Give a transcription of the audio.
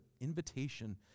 invitation